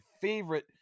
favorite